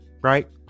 right